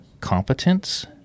competence